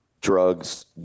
drugs